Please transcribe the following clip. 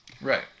Right